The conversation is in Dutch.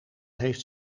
heeft